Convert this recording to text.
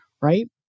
right